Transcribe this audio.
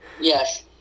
Yes